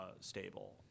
stable